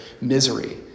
misery